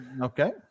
Okay